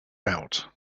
out